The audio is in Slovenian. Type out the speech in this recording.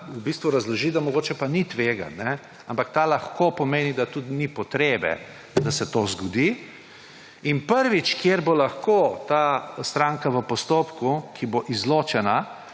v bistvu razloži, da mogoče pa ni tveganj. Ampak ta »lahko« pomeni, da tudi ni potrebe, da se to zgodi, In prvič, kjer bo lahko ta stranka v postopku, ki bo izločena